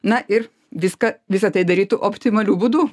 na ir viską visa tai darytų optimaliu būdu